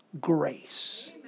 grace